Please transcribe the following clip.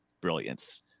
Brilliance